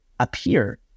Appear